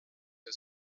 der